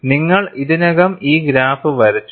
നിങ്ങൾ ഇതിനകം ഈ ഗ്രാഫ് വരച്ചു